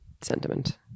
sentiment